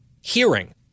hearing